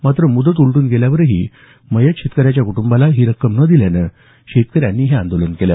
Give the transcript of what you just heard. मात्र मुदत उलटून गेल्यावरही मयत शेतकऱ्याच्या कुटूंबाला ही रक्कम न दिल्यानं शेतकऱ्यांनी हे आंदोलन केलं